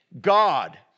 God